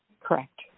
Correct